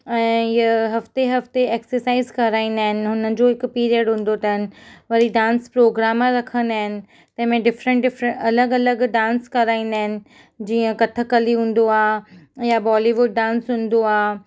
ऐं ईअं हफ़्ते हफ़्ते एक्सरसाइज़ कराईंदा आहिनि हुनजो हिकु पीरियड हूंदो अथनि वरी डांस प्रोग्राम रखंदा आहिनि तंहिं में डिफ़रंट डिफ़रंट अलॻि अलॻि डांस कराईंदा आहिनि जीअं कथकली हूंदो आहे या बॉलीवुड डांस हूंदो आहे